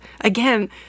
again